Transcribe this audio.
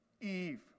Eve